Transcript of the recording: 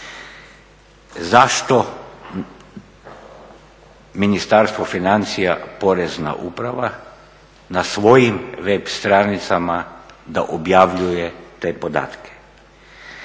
Zašto Ministarstvo financija Porezna uprava na svojim web stranicama da objavljuje te podatke?